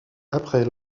après